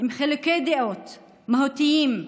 עם חילוקי דעות מהותיים,